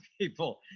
people